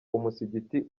umusigiti